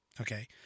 Okay